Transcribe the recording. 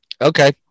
Okay